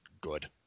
good